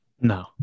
No